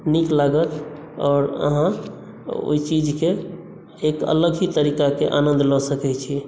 नीक लागत आओर आहाँ ओहि चीजकेँ एक अलग ही तरीकाके आनन्द लऽ सकै छी